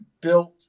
built